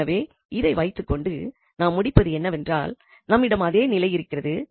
எனவே இதை வைத்துக்கொண்டு நாம் முடிப்பது என்னவென்றால் நம்மிடம் அதே நிலை இருக்கிறது